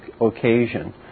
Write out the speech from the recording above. occasion